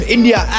India